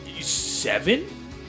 seven